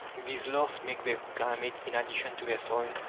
these last make their climate in addition to their soil,